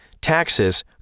taxes